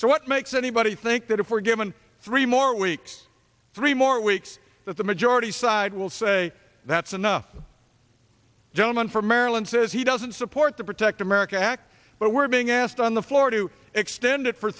so what makes anybody think that if we're given three more weeks three more weeks that the majority side will say that's enough gentleman from maryland says he doesn't support the protect america act but we're being asked on the floor to extend it for